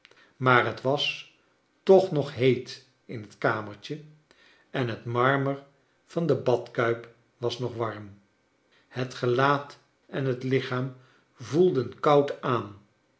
maar het was toch nog heet in het kamertje en bet marmer van de badkuip was nog warm het gelaat en het lichaam voelden koud aan